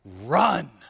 run